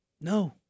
No